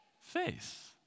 Faith